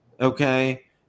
okay